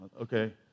okay